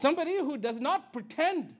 somebody who does not pretend